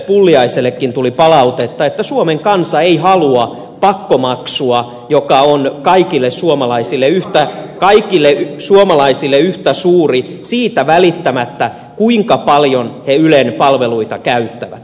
pulliaisellekin tuli palautetta että suomen kansa ei halua pakkomaksua joka on kaikille suomalaisille yhtä suuri siitä välittämättä kuinka paljon he ylen palveluita käyttävät